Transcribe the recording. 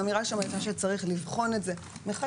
האמירה שם הייתה שצריך לבחון את זה מחדש,